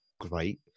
great